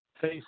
face